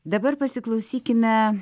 dabar pasiklausykime